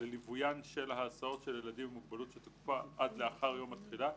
לליווין של ההסעות של ילדים עם מוגבלות שתוקפה עד לאחר יום התחילה,